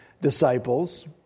disciples